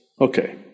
Okay